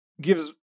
gives